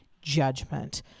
judgment